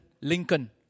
Lincoln